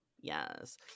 yes